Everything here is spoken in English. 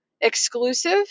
exclusive